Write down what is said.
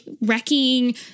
wrecking